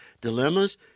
dilemmas